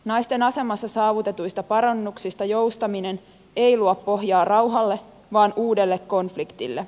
naisten asemassa saavutetuista parannuksista joustaminen ei luo pohjaa rauhalle vaan uudelle konfliktille